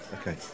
Okay